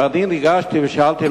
אני ניגשתי ושאלתי,